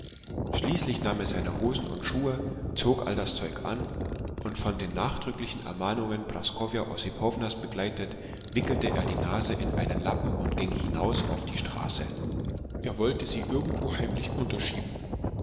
schließlich nahm er seine hosen und schuhe zog all das zeug an und von den nachdrücklichen ermahnungen praskowja ossipownas begleitet wickelte er die nase in einen lappen und ging hinaus auf die straße er wollte sie irgendwo heimlich unterschieben